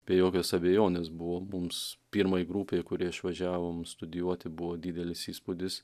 be jokios abejonės buvo mums pirmai grupei kurie išvažiavom studijuoti buvo didelis įspūdis